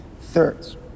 thirds